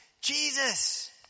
Jesus